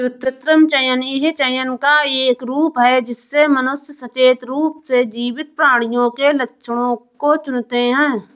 कृत्रिम चयन यह चयन का एक रूप है जिससे मनुष्य सचेत रूप से जीवित प्राणियों के लक्षणों को चुनते है